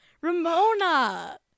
Ramona